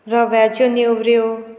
रव्याच्यो नेवऱ्यो